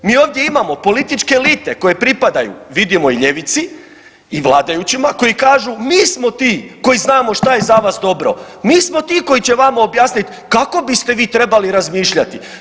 Mi ovdje imamo političke elite koje pripadaju vidimo i ljevici i vladajućima koji kažu mi smo ti koji znamo što je za vas dobro, mi smo ti koji će vama objasniti kako biste vi trebali razmišljati.